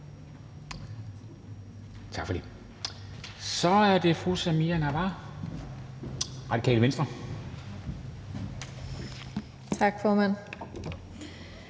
Tak for det. Så er det fru Samira Nawa, Radikale Venstre. Kl.